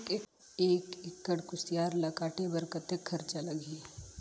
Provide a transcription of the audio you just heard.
एक एकड़ कुसियार ल काटे बर कतेक खरचा लगही?